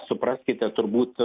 supraskite turbūt